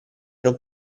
non